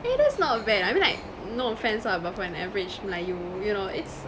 !hey! that's not bad I mean like no offence lah but for an average melayu you know it's